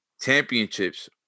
championships